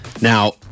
Now